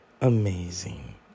amazing